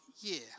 year